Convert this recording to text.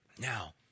Now